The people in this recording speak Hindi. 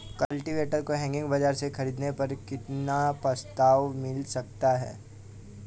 कल्टीवेटर को एग्री बाजार से ख़रीदने पर कितना प्रस्ताव मिल सकता है?